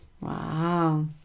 Wow